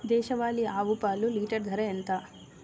దేశవాలీ ఆవు పాలు లీటరు ధర ఎంత?